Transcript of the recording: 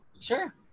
sure